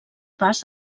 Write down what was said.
pas